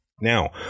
Now